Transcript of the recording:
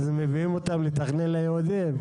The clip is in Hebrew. אז מביאים אותם לתכנן ליהודים?